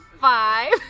five